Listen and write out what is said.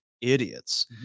idiots